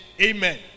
amen